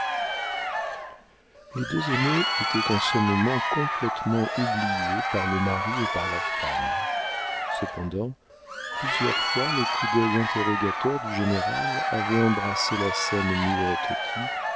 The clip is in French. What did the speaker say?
les deux aînés étaient en ce moment complétement oubliés par le mari et par la femme cependant plusieurs fois le coup d'œil interrogateur du général avait embrassé la scène muette qui